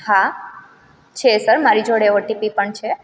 હા છે સર મારી જોડે ઓટીપી પણ છે